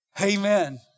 Amen